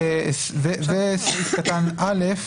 סעיף קטן (א)